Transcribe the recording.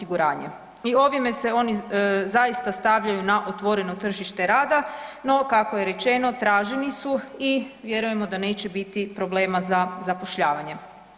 I ovime se oni zaista stavljaju na otvoreno tržište rada, no kako je rečeno traženi su i vjerujemo da neće biti problema za zapošljavanje.